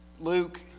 Luke